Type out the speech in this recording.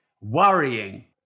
worrying